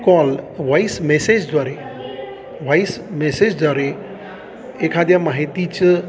call voice मेसेजद्वारे voice मेसेजद्वारे एखाद्या माहितीचं